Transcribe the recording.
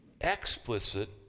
explicit